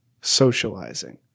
socializing